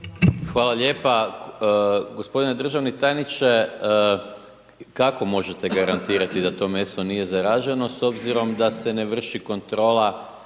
Hvala lijepa gospodine državni tajniče, kako možete garantirati da to meso nije zaraženo s obzirom da se ne vrši kontrola